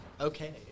Okay